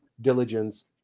diligence